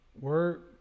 work